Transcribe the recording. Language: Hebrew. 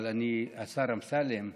אבל אני, השר אמסלם,